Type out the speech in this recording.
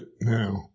now